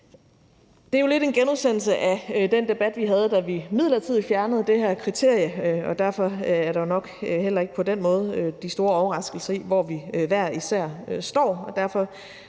Det er jo lidt en genudsendelse af den debat, vi havde, da vi midlertidigt fjernede det her kriterie, og derfor er der jo nok heller ikke på den måde de store overraskelser, i forhold til hvor vi hver især står.